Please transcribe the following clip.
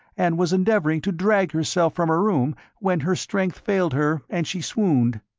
and was endeavouring to drag herself from her room when her strength failed her and she swooned.